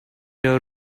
your